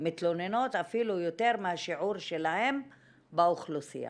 מתלוננות אפילו יותר מהשיעור שלהן באוכלוסייה.